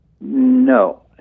No